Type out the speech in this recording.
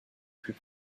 plus